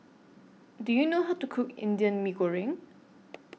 Do YOU know How to Cook Indian Mee Goreng